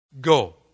Go